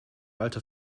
alte